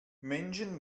menschen